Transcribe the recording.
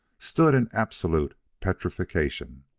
stood in absolute petrifaction.